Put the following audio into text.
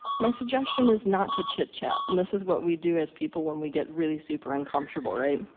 my suggestion is not to chit chat. and this is what we do as people, when we get really super uncomfortable right?